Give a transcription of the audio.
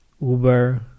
Uber